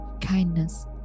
kindness